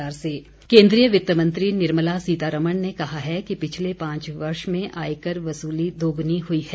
आयकर केन्द्रीय वित्तमंत्री निर्मला सीतारमन ने कहा है कि पिछले पांच वर्षो में आयकर वसूली दोगुनी हुई है